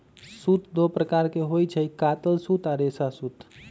सूत दो प्रकार के होई छई, कातल सूत आ रेशा सूत